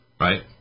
right